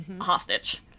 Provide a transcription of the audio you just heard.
hostage